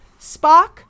Spock